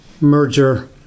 merger